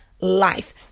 life